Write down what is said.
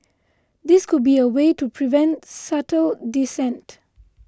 this could be a way to prevent subtle dissent